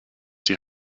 die